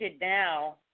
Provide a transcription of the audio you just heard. now